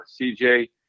CJ